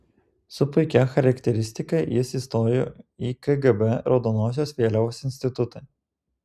su puikia charakteristika jis įstojo į kgb raudonosios vėliavos institutą